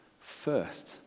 first